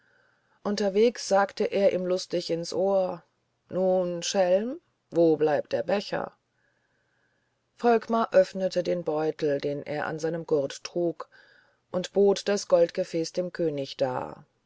unterwegs sagte er ihm lustig ins ohr nun schelm wo bleibt der becher volkmar öffnete den beutel den er an seinem gurt trug und bot das goldgefäß dem könig dar